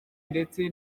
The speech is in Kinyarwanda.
ndetse